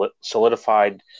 solidified